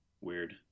weird